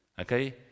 Okay